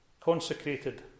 consecrated